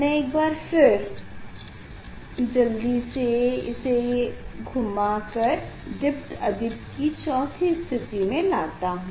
मैं एक बार फिर जल्दी से इसे घुमा कर दीप्त अदीप्त की चौथी स्थिति में लाता हूँ